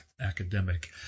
Academic